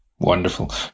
Wonderful